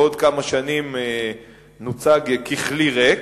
ועוד כמה שנים נוצג ככלי ריק,